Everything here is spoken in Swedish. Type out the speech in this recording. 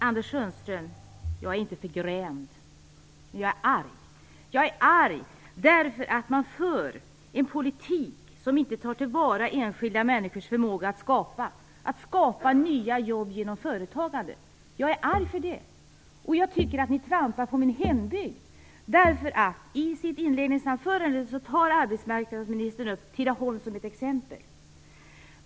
Herr talman! Jag är inte förgrämd, jag är arg, Anders Sundström. Jag är arg därför att man för en politik som inte tar till vara enskilda människors förmåga att skapa nya jobb genom företagandet. Jag är arg för det. Jag tycker att ni trampar på min hembygd. I sitt inledningsanförande tar arbetsmarknadsministern Tidaholm som ett exempel.